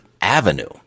avenue